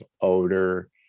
odor